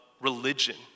religion